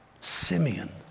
Simeon